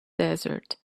desert